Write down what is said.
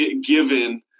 given